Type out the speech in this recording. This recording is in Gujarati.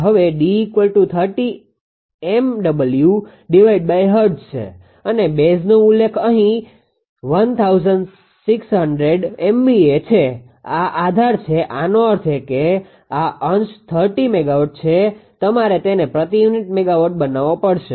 હવે D30 MWHz છે અને બેઝનો ઉલ્લેખ અહીં 1600 MVA છે આ આધાર છે આનો અર્થ એ કે આ અંશ 30 મેગાવોટ છે તમારે તેને પ્રતિ યુનિટ મેગાવોટ બનાવવો પડશે